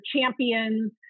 champions